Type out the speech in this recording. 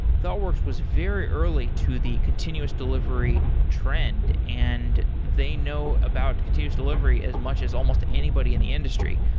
thoughtworks was very early to the continuous delivery trend and they know about continues delivery as much as almost anybody in the industry.